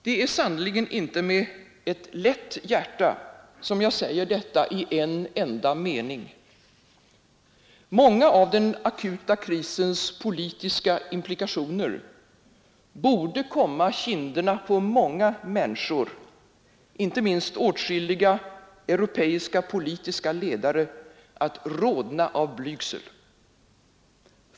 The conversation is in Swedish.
Det är sannerligen inte med lätt hjärta som jag säger detta i en enda mening; många av den akuta krisens politiska implikationer borde komma kinderna på många människor, inte minst åtskilliga europeiska politiska ledare, att rodna av blygsel.